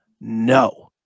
No